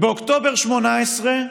באוקטובר 2018,